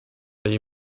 les